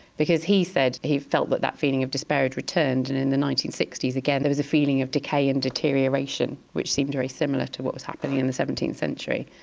because he said he felt that that feeling of despair had returned, and in the nineteen sixty s again there was a feeling of decay and deterioration which seemed very similar to what was happening in the seventeenth century.